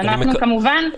כמובן,